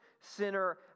sinner